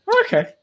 Okay